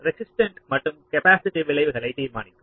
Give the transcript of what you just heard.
resistance மற்றும் capacitive விளைவுகளை தீர்மானிக்கும்